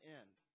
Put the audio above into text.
end